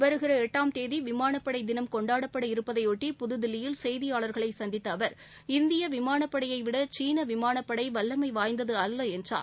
வருகிற எட்டாம் தேதி விமானப் படை தினம் கொண்டாடப்பட இருப்பதையொட்டி புதுதில்லியில் செய்தியாளர்களை சந்தித்த அவர் இந்திய விமானப்படையை விட சீன விமானப்படை வல்லமை வாய்ந்தது அல்ல என்றார்